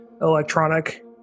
electronic